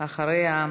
ואחריה,